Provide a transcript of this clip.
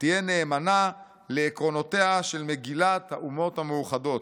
ותהיה נאמנה לעקרונותיה של מגילת האומות המאוחדות.